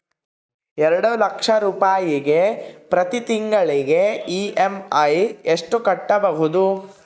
ಎರಡು ಲಕ್ಷ ರೂಪಾಯಿಗೆ ಪ್ರತಿ ತಿಂಗಳಿಗೆ ಇ.ಎಮ್.ಐ ಎಷ್ಟಾಗಬಹುದು?